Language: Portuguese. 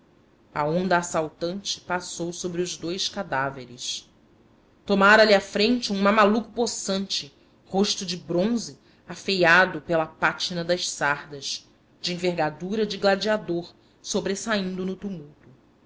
a onda assaltante passou sobre os dous cadáveres tomara lhe a frente um mamaluco possante rosto de bronze afeiado pela pátina das sardas de envergadura de gladiador sobressaindo no tumulto